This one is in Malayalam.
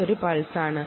ഇതൊരു പൾസ് ആണ്